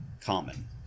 common